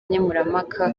nkemurampaka